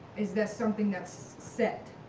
is that something that's set?